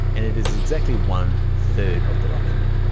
and it is exactly one third of the document.